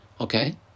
Okay